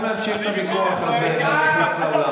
לפחות אני יודעת שהיית ותיק בליכוד,